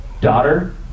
daughter